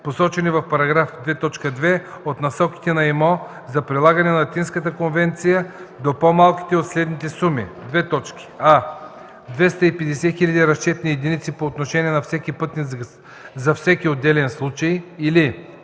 посочени в § 2.2 от Насоките на ИМО за прилагане на Атинската конвенция, до по-малката от следните суми: а) 250 000 разчетни единици по отношение на всеки пътник за всеки отделен случай, или